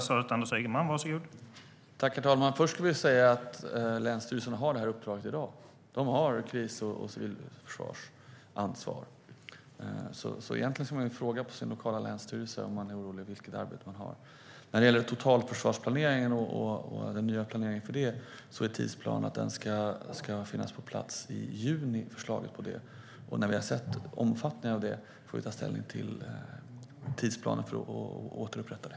Herr talman! Jag vill först säga att länsstyrelserna har detta uppdrag i dag. De har ansvar för kriser och civilförsvar. Om man är orolig ska man egentligen fråga sin lokala länsstyrelse om detta arbete. När det gäller den nya planeringen för totalförsvaret är tidsplanen att förslaget ska finnas på plats i juni. När vi har sett omfattningen av det får vi ta ställning till tidsplanen för att återupprätta det.